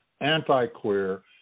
anti-queer